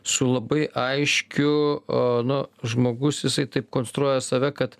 su labai aiškiu nu žmogus jisai taip konstruoja save kad